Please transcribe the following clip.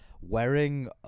wearing